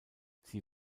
sie